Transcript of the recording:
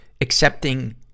accepting